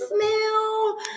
smell